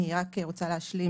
אני רק רוצה להשלים,